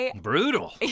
Brutal